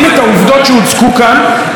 בעיקר על יד חברת הכנסת לבני,